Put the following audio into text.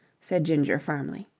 said ginger firmly.